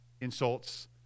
insults